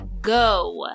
go